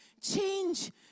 Change